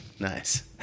Nice